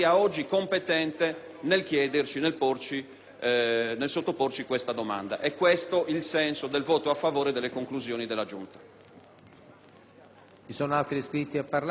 nel sottoporci questa richiesta. È questo il senso del voto a favore delle conclusioni della Giunta.